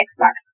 Xbox